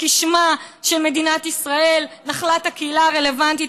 וכי שמה של מדינת ישראל יהיה נחלת הקהילה הרלוונטית,